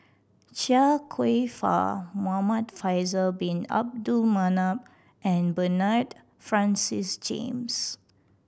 Chia Kwek Fah Muhamad Faisal Bin Abdul Manap and Bernard Francis James